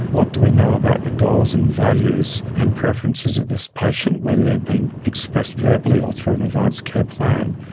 what do we know about the goals and values and preferences of this patient, whether they have been expressed verbally or through an advance care plan.